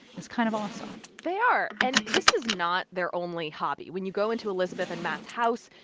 it's kind of awesome they are. and this is not their only hobby. when you go into elizabeth and matt's house,